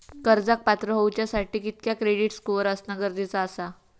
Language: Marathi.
कर्जाक पात्र होवच्यासाठी कितक्या क्रेडिट स्कोअर असणा गरजेचा आसा?